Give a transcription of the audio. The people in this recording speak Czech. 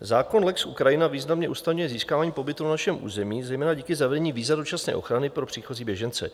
Zákon lex Ukrajina významně usnadňuje získávání pobytu na našem území zejména díky zavedení víza dočasné ochrany pro příchozí běžence.